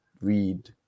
read